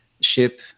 ship